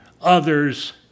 others